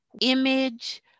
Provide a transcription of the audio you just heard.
image